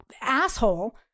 asshole